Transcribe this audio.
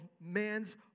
man's